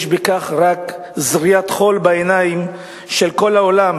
יש בכך רק זריית חול בעיניים של כל העולם,